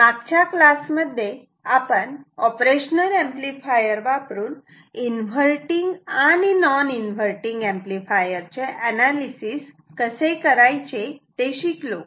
मागच्या क्लासमध्ये आपण ऑपरेशनल ऍम्प्लिफायर वापरून इन्व्हर्टटिंग एंपलीफायर आणि नॉन इन्व्हर्टटिंग एंपलीफायर चे अनालीसिस कसे करायचे ते शिकलो